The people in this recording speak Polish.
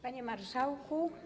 Panie Marszałku!